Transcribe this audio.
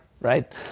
right